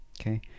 okay